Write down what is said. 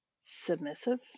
submissive